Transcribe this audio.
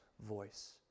voice